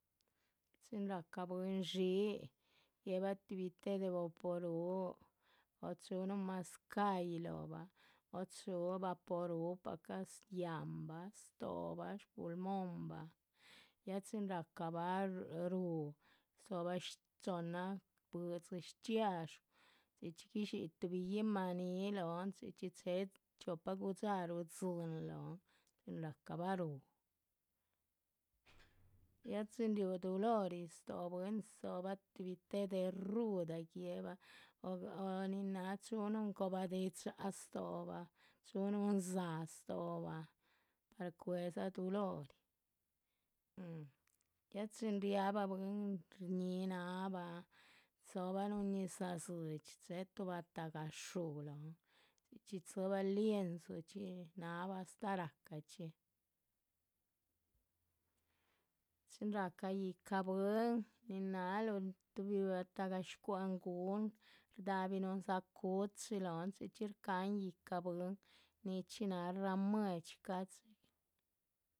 Chin rahca bwín dxii guéhbah tuhbi, téh vaporuhu, o chúhu núhun mazcáhyi lóhobah, o chúhu vaporuhupahca yáhnbah, stóhbah, shpuhulmonbah, ya chin rahcabah. rúh, rdzóhobah chohnna bwídzi shchxiadxú, chxí chxí guidxí tuhbi yíhma níhi, lóhon chxí chxí chéhe chiopa gu´dxaruh dzíyin lóhon, chin rahcabah rúh, ya chin riúhu dulori stóho bwín dzóhobah tuhbi té de ruda guéhbah o nin náha chúhu núhun cobah déh dxáha stóhobah, chúhu núhu dzáha stóhobah, par cue´dza dulori. un, ya chin riabah bwín shñíhi náhbah dzóbah ñizah dzidxi, chehé tuh batahgah shúhu lóhon chxí chxí dzibah lienzu richxí náhaah astáh ráhcah chxí chin rahca yícah. bwín, nin náhaluh tuhbi batahgah shcwa´han gun, rdáhabi núhu dzá cuchi lóhon chxí chxí shcáhan yíhca bwín nichxí náha ramuedxi ca´dxi